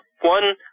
one